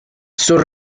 sus